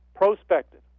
prospective